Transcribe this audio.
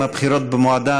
אם הבחירות במועדן,